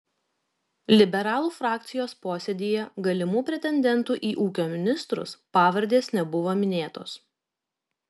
liberalų frakcijos posėdyje galimų pretendentų į ūkio ministrus pavardės nebuvo minėtos